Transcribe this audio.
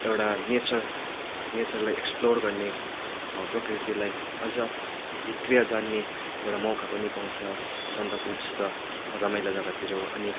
एउटा नेचर नेचरलाई एक्सप्लोर गर्ने प्रकृतिलाई अझ भित्रिया जान्ने एउटा मौका पनि पाउँछ सन्दकपू जस्तो रमाइला जग्गातिर अनि